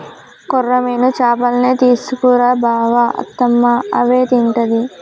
కొర్రమీను చేపల్నే తీసుకు రా బావ అత్తమ్మ అవే తింటది